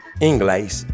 english